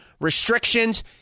restrictions